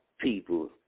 people